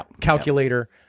calculator